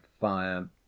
fire